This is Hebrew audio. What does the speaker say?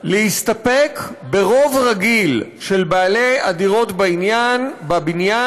להסתפק ברוב רגיל של בעלי הדירות בבניין,